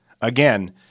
again